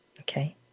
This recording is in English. Okay